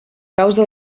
causa